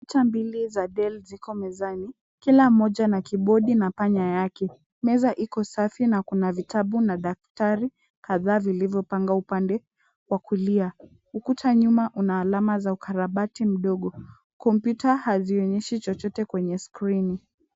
Kompyuta mbili za Dell ziko mezani kila mmoja na kiibodi na panya yake. Meza iko safi na kuna kitabu na daftari kadhaa vilivyopangwa upande wa kulia. Ukuta nyuma una alama za ukarabati mdogo. Kompyuta hazionyeshi chochote kwenye skrini.